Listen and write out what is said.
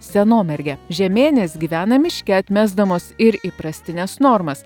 senomerge žemėnės gyvena miške atmesdamos ir įprastines normas